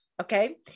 okay